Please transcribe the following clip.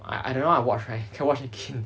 I I don't know why I watch right can watch again